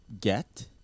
get